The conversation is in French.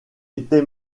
était